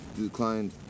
declined